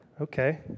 Okay